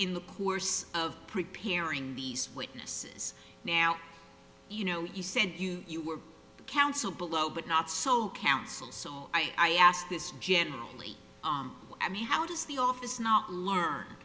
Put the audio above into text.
in the course of preparing these witnesses now you know you said you were counsel below but not so counsels i ask this generally i mean how does the office not lar